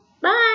bye